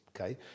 Okay